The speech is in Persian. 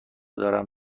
دارم